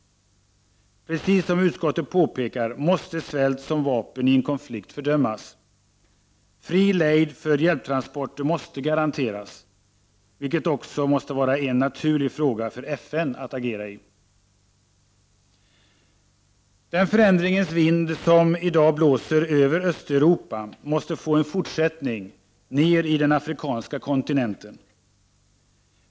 Precis som utskottet påpekar måste svält som vapen i en konflikt fördömas. Fri lejd för hjälptransporter måste garanteras, vilket också måste vara en naturlig fråga för FN att agera 1. Den förändringens vind som i dag blåser över Östeuropa måste få en fortsättning ner över den afrikanska kontinenten.